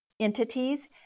Entities